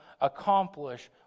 accomplish